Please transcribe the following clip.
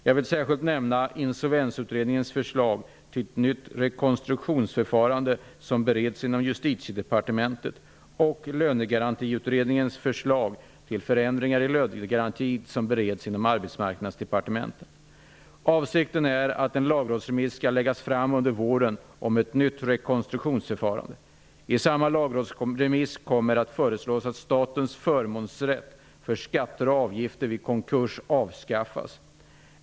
Jag vill särskilt nämna Avsikten är att en lagrådsremiss skall läggas fram under våren om ett nytt rekonstruktionsförfarande. I samma lagrådsremiss kommer att föreslås att statens förmånsrätt för skatter och avgifter vid konkurs avskaffas.